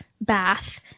bath